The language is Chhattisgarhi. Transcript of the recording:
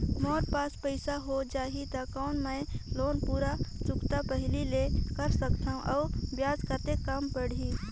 मोर पास पईसा हो जाही त कौन मैं लोन पूरा चुकता पहली ले कर सकथव अउ ब्याज कतेक कम पड़ही?